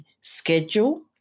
schedule